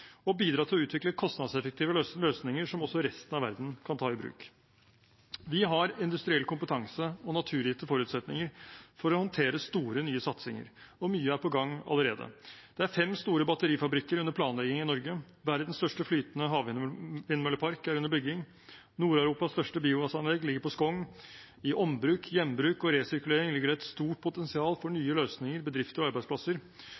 og bidra til å utvikle kostnadseffektive løsninger som også resten av verden kan ta i bruk. Vi har industriell kompetanse og naturgitte forutsetninger for å håndtere store nye satsinger, og mye er på gang allerede: Det er fem store batterifabrikker under planlegging i Norge. Verdens største flytende havvindmøllepark er under bygging. Nord-Europas største biogassanlegg ligger på Skogn. I ombruk, gjenbruk og resirkulering ligger det et stort potensial for nye løsninger, bedrifter og arbeidsplasser,